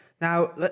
Now